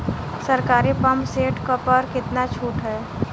सरकारी pump set प कितना छूट हैं?